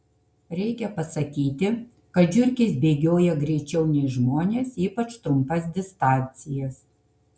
reikia pasakyti kad žiurkės bėgioja greičiau nei žmonės ypač trumpas distancijas